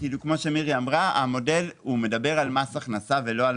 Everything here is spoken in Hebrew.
כמו שמירי אמרה, המודל מדבר על מס הכנסה, ולא על